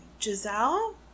Giselle